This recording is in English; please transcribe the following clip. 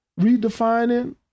redefining